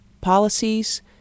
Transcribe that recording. policies